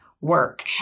Work